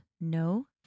No